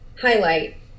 highlight